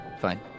Fine